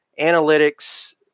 analytics